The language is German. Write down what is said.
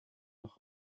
nach